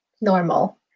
normal